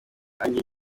nanjye